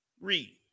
Read